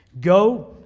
Go